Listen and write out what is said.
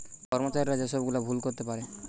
কর্মচারীরা যে সব গুলা ভুল করতে পারে